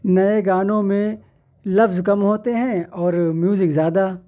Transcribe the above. نئے گانوں میں لفظ کم ہوتے ہیں اور میوزک زیادہ